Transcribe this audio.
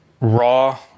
raw